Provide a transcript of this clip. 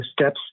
steps